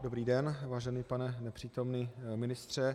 Dobrý den, vážený pane nepřítomný ministře.